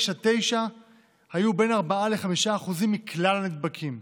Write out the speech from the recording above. עד תשע היו בין 4% ל-5% מכלל הנדבקים,